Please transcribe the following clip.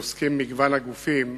וכן מגוון הגופים